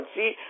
See